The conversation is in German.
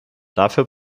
dafür